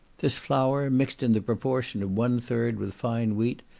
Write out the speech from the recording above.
this flour, mixed in the proportion of one-third with fine wheat,